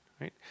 right